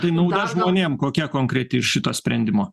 tai nauda žmonėm kokia konkreti iš šito sprendimo